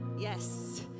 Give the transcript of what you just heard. Yes